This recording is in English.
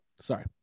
sorry